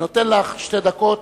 אני נותן לך שתי דקות,